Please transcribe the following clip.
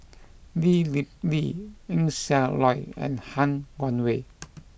Lee Kip Lee Eng Siak Loy and Han Guangwei